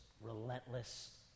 relentless